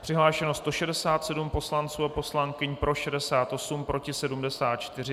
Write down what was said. Přihlášeno 167 poslanců a poslankyň, pro 68, proti 74.